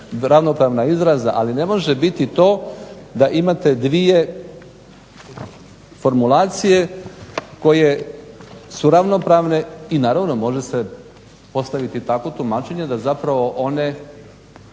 ravnopravna izraza. Ali ne može biti to da imate dvije formulacije koje su ravnopravne i naravno može se postaviti takvo tumačenje da zapravo one